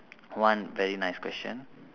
one very nice question